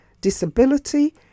disability